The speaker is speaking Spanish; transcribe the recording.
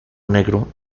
negro